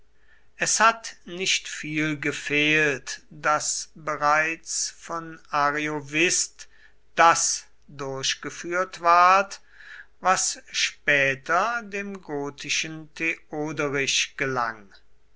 es hat nicht viel gefehlt daß bereits von ariovist das durchgeführt ward was später dem gotischen theoderich gelang